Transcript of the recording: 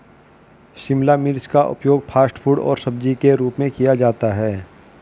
शिमला मिर्च का उपयोग फ़ास्ट फ़ूड और सब्जी के रूप में किया जाता है